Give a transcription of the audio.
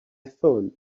phoned